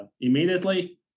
immediately